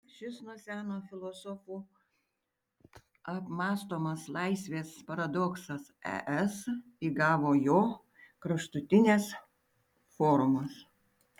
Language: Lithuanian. šis nuo seno filosofų apmąstomas laisvės paradoksas es įgavo jo kraštutines formas